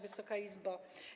Wysoka Izbo!